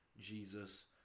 Jesus